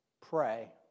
Pray